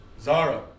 Zara